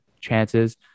chances